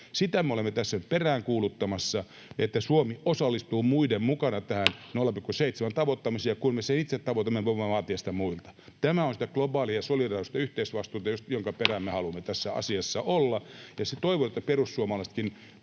Sitä me olemme tässä peräänkuuluttamassa, että Suomi osallistuu muiden mukana tähän 0,7:n tavoittamiseen, ja kun me sen itse tavoitamme, me voimme vaatia sitä muilta. Tämä on sitä globaalia solidaarisuutta ja yhteisvastuuta, jonka perään me haluamme tässä asiassa olla. Ja toivon, että perussuomaisetkin